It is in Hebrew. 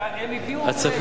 הצפוי.